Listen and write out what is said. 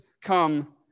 come